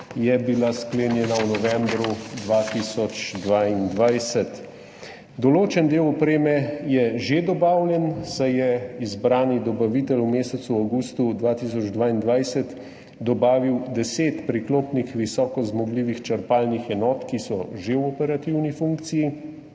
je bila sklenjena v novembru 2022. Določen del opreme je že dobavljen, saj je izbrani dobavitelj v mesecu avgustu 2022 dobavil 10 priklopnih visoko zmogljivih črpalnih enot, ki so že v operativni funkciji.